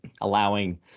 allowing